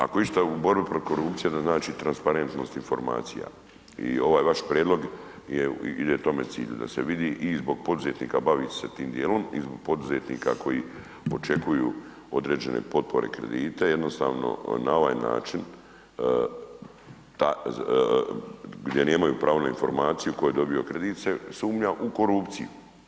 Ako je išta u borbi protiv korupcija … [[Govornik se ne razumije]] transparentnost informacija i ovaj vaš prijedlog ide k tome cilju da se vidi i zbog poduzetnika bavi se tim djelom i zbog poduzetnika koji očekuju određene potpore i kredite, jednostavno na ovaj način ta, gdje nemaju pravo na informaciju tko je dobio kredit, se sumnja u korupciju.